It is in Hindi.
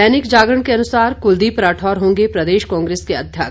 दैनिक जागरण के अनुसार कुलदीप राठौर होंगे प्रदेश कांग्रेस के अध्यक्ष